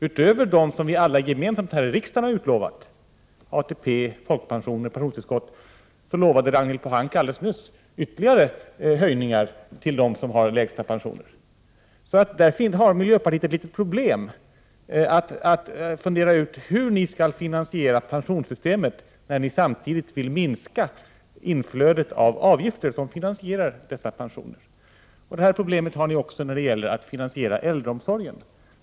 Utöver de pensioner som vi alla gemensamt i riksdagen har utlovat, dvs. ATP, folkpensioner och pensionstillskott, lovade Ragnild Pohanka nyss ytterligare höjningar till dem som har de lägsta pensionerna. Miljöpartiet har här ett problem — att fundera ut hur pensionssystemet skall finansieras när ni samtidigt vill minska inflödet av avgifter som finansierar pensionerna. Detta problem har ni också när det gäller finansieringen av äldreomsorgen.